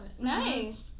Nice